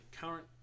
current